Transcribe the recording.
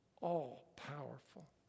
all-powerful